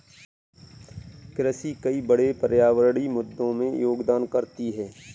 कृषि कई बड़े पर्यावरणीय मुद्दों में योगदान करती है